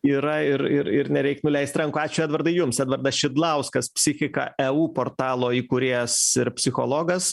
yra ir ir ir nereik nuleist rankų ačiū edvardai jums edvardas šidlauskas psichika eu portalo įkūrėjas ir psichologas